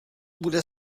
bude